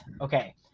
okay